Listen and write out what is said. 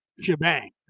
shebang